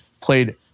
Played